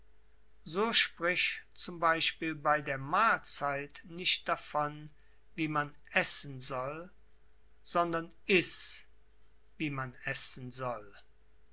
so sprich z b bei der mahlzeit nicht davon wie man essen soll sondern iß wie man essen soll